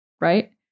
right